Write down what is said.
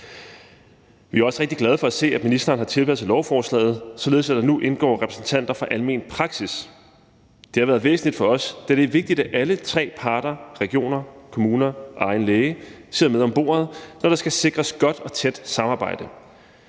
Vi er også rigtig glade for at se, at ministeren har tilpasset lovforslaget, således at der nu indgår repræsentanter fra almen praksis. Det har været væsentligt for os, da det er vigtigt, at alle tre parter – region, kommune og egen læge – sidder med om bordet, når der skal sikres godt og tæt samarbejde.